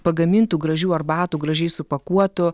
pagamintų gražių arbatų gražiai supakuotų